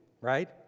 Right